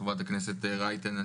חברת הכנסת אפרת רייטן.